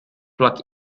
plug